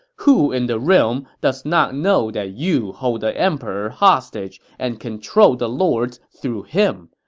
who in the realm does not know that you hold the emperor hostage and control the lords through him?